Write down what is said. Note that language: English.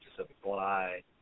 supply